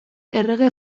errege